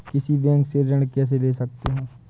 किसी बैंक से ऋण कैसे ले सकते हैं?